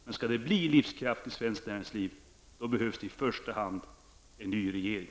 Men för att vi skall få ett livskraftigt svenskt näringsliv behövs det i första hand en ny regering.